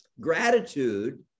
gratitude